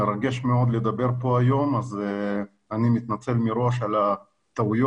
מרגש מאוד לדבר כאן היום ואני מראש אני מתנצל אם יהיו לי טעויות.